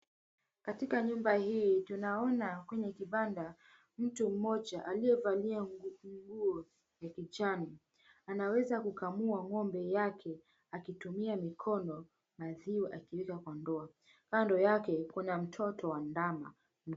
Katika nyumba hii tunaona kwenye kibanda, mtu mmoja aliyevalia nguo ya kijani anaweza kamua ng'ombe yake akitumia mikono, maziwa akiweka kwa ndoo. Kando yake kuna mtoto wa ndama.